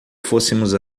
fôssemos